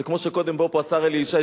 זה כמו שקודם בא לפה השר אלי ישי,